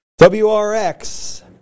wrx